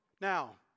Now